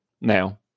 now